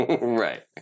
Right